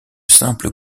simple